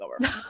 over